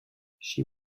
she